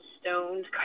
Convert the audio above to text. stoned